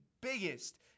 biggest